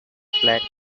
flags